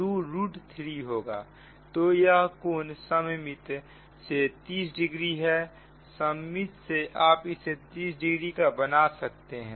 तो यह कोण सममित से 30 डिग्री का है सममित से आप इसे 30 डिग्री का बना सकते हैं